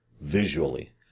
visually